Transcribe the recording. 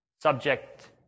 subject